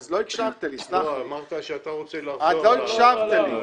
אמרת שאתה רוצה לחזור -- אז לא הקשבתי לי,